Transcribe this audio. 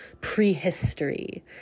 prehistory